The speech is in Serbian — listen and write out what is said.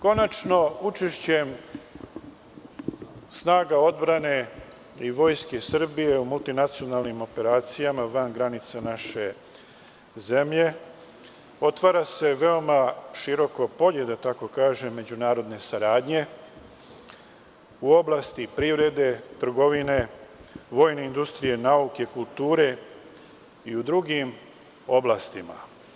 Konačno, učešćem snaga odbrane i Vojske Srbije u multinacionalnim operacijama van granica naše zemlje otvara se veoma široko polje, da tako kažem, međunarodne saradnje u oblasti privrede, trgovine, vojne industrije, nauke, kulture i u drugim oblastima.